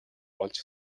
олж